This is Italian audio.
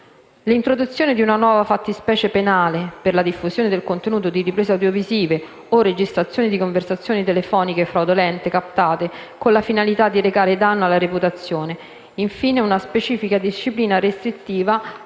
l'introduzione di una nuova fattispecie penale per la diffusione del contenuto di riprese audiovisive o registrazioni di conversazioni telefoniche fraudolentemente, captate con la finalità di recare danno alla reputazione; una specifica disciplina restrittiva per le